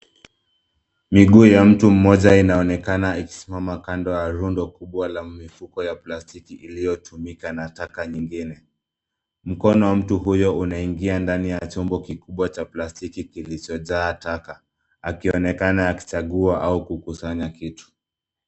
Miguu ya mtu mmoja inaonekana ikisimama kando ya rundo kubwa ya mifuko ya plastiki iliyotumika na taka nyingine. Mkono wa mtu huyo unaingia ndani ya chombo kikubwa cha plastiki kilichojaa taka. Akionekana akichagua au kukusanya kitu.